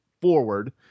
forward